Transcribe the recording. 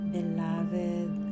Beloved